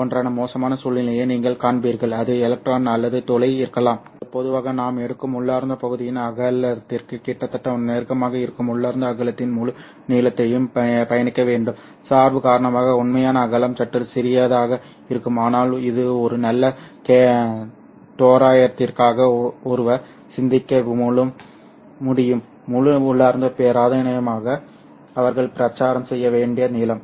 ஒன்றான மோசமான சூழ்நிலையை நீங்கள் காண்பீர்கள் அது எலக்ட்ரான் அல்லது துளை இருக்கலாம் ஆனால் அது பொதுவாக நாம் எடுக்கும் உள்ளார்ந்த பகுதியின் அகலத்திற்கு கிட்டத்தட்ட நெருக்கமாக இருக்கும் உள்ளார்ந்த அகலத்தின் முழு நீளத்தையும் பயணிக்க வேண்டும் சார்பு காரணமாக உண்மையான அகலம் சற்று சிறியதாக இருக்கும் ஆனால் இது ஒரு நல்ல தோராயத்திற்காக ஒருவர் சிந்திக்க முடியும் முழு உள்ளார்ந்த பிராந்தியமாக அவர்கள் பிரச்சாரம் செய்ய வேண்டிய நீளம்